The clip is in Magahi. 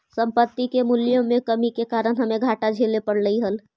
संपत्ति के मूल्यों में कमी के कारण हमे घाटा झेले पड़लइ हल